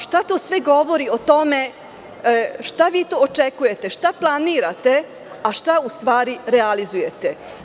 Šta to sve govori o tome, šta vi to očekujete, šta planirate, a šta u stvari realizujete?